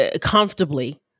comfortably